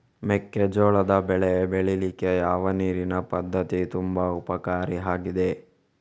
ಮೆಕ್ಕೆಜೋಳದ ಬೆಳೆ ಬೆಳೀಲಿಕ್ಕೆ ಯಾವ ನೀರಿನ ಪದ್ಧತಿ ತುಂಬಾ ಉಪಕಾರಿ ಆಗಿದೆ?